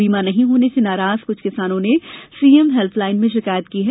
बीमा नहीं होने से नाराज कुछ किसानो ने सीएम हेल्पलाईन में शिकायत की है